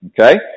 Okay